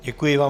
Děkuji vám.